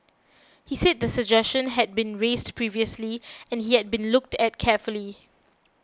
he said the suggestion had been raised previously and yet been looked at carefully